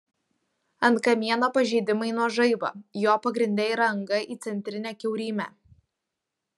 ant kamieno pažeidimai nuo žaibo jo pagrinde yra anga į centrinę kiaurymę